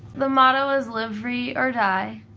the motto is live free or die.